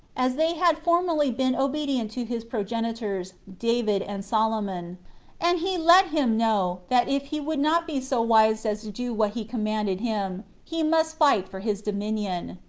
as they had formerly been obedient to his progenitors, david and solomon and he let him know, that if he would not be so wise as to do what he commanded him, he must fight for his dominion.